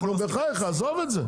נו בחייך עזוב את זה.